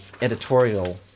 editorial